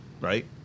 right